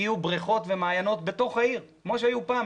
יהיו בריכות ומעיינות בתוך העיר, כמו שהיו פעם.